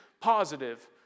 positive